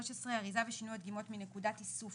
13. אריזה ושינוע דגימות מנקודת איסוף